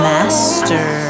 Master